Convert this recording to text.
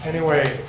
anyway